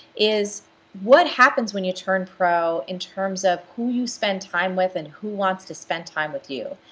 is what happens when you turn pro in terms of who you spend time with and who wants to spend time with you.